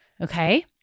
Okay